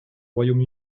royaume